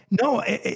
no